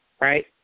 right